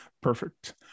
perfect